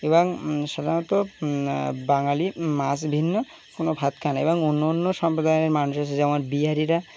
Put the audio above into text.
এবং সাধারণত বাঙালি মাছ ভিন্ন কোনো ভাতখান এবং অন্য অন্য সম্প্রদায়ের মানুষ এছে যেমন বিহারিরা